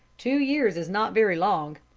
two years is not very long.